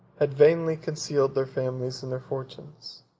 had vainly concealed their families and their fortunes.